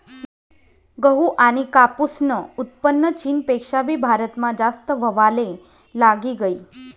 गहू आनी कापूसनं उत्पन्न चीनपेक्षा भी भारतमा जास्त व्हवाले लागी गयी